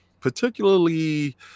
particularly